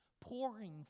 pouring